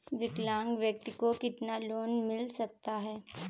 विकलांग व्यक्ति को कितना लोंन मिल सकता है?